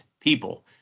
people